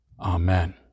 Amen